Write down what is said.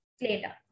later